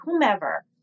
whomever